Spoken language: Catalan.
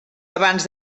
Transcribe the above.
abans